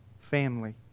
family